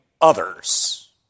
others